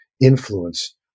influence